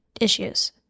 issues